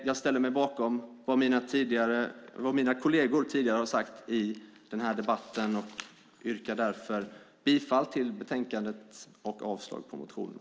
Jag ställer mig bakom det mina kolleger tidigare har sagt i den här debatten och yrkar därför bifall till förslaget i betänkandet och avslag på motionerna.